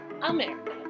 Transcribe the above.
America